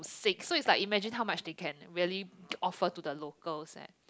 six so it's like imagine how much they can really offer to the locals eh